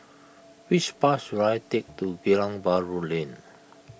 which bus should I take to Geylang Bahru Lane